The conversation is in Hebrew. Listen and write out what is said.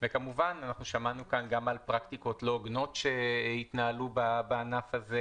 וכמובן שמענו כאן גם על פרקטיקות לא הוגנות שהתנהלו בענף הזה,